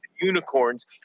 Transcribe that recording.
unicorns